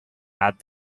add